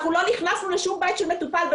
אנחנו לא נכנסנו לשום בית של מטופל לא